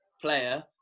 player